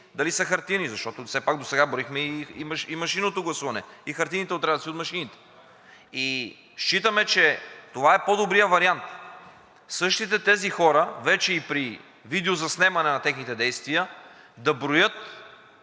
дали са хартиени, защото все пак досега броихме и машинното гласуване, и хартиените отрязъци от машините. Считаме, че това е по-добрият вариант. Именно същите тези хора вече и при видеозаснемане на техните действия да броят